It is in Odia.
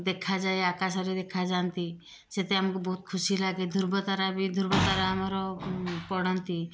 ଦେଖାଯାଏ ଆକାଶରେ ଦେଖାଯାଆନ୍ତି ସେଇଟା ଆମକୁ ବହୁତ ଖୁସି ଲାଗେ ଧ୍ରୁବତାରା ବି ଧ୍ରୁବ ତାରା ଆମର ପଡ଼ନ୍ତି